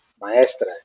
Maestra